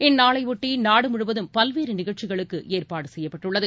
இந்நாளையொட்டி நாடுமுழுவதும் பல்வேறு நிகழ்ச்சிகளுக்கு ஏற்பாடு செய்யப்பட்டுள்ளன